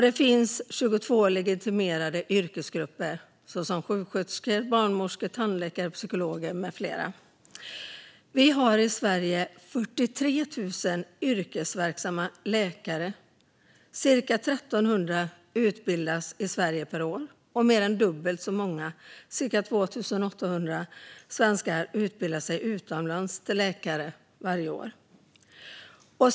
Det finns 22 legitimerade yrkesgrupper, såsom sjuksköterskor, barnmorskor, tandläkare, psykologer med flera. Vi har i Sverige 43 000 yrkesverksamma läkare. Cirka 1 300 utbildas i Sverige per år, och mer än dubbelt så många - cirka 2 800 - svenskar utbildar sig utomlands till läkare varje år.